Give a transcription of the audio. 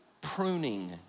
pruning